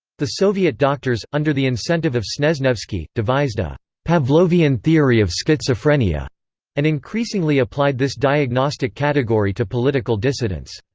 the soviet doctors, under the incentive of snezhnevsky, devised a pavlovian theory of schizophrenia and increasingly applied this diagnostic category to political dissidents.